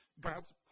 God's